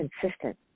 consistent